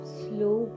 slow